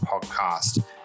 Podcast